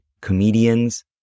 comedians